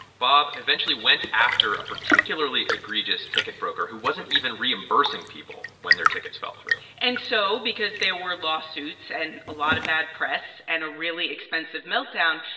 bob eventually went after a particularly egregious ticket broker who wasn't even reimbursing people when their tickets fell through and so because there were lawsuits and a lot of bad press and a really expensive meltdown,